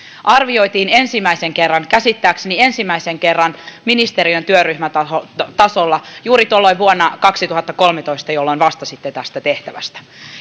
arvioitiin käsittääkseni ensimmäisen kerran ministeriön työryhmätasolla juuri tuolloin vuonna kaksituhattakolmetoista jolloin vastasitte tästä tehtävästä